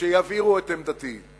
שיבהירו את עמדתי.